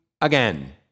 again